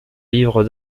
livres